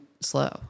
Slow